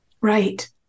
Right